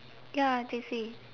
ya J_C